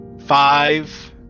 five